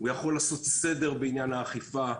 יכול לעשות סדר בעניין האכיפה.